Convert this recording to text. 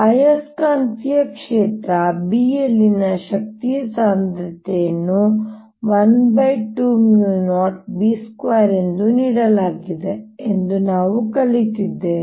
ಆಯಸ್ಕಾಂತೀಯ ಕ್ಷೇತ್ರ B ಯಲ್ಲಿನ ಶಕ್ತಿಯ ಸಾಂದ್ರತೆಯನ್ನು 120B2 ಎಂದು ನೀಡಲಾಗಿದೆ ಎಂದು ನಾವು ಕಲಿತಿದ್ದೇವೆ